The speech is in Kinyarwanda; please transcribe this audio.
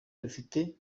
rufite